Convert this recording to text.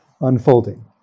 unfolding